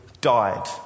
died